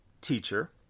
teacher